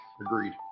agreed